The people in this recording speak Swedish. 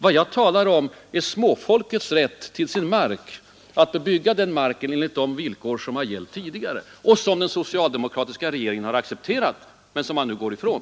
Vad jag talar om är småfolkets rätt till sin mark, rätten att bebygga den marken enligt de villkor som gällt tidigare och som den socialdemokratiska regeringen har accepterat men nu går ifrån.